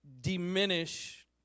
diminish